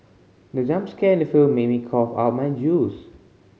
the jump scare in the film made me cough out my juice